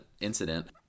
incident